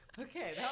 Okay